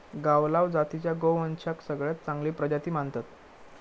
गावलाव जातीच्या गोवंशाक सगळ्यात चांगली प्रजाती मानतत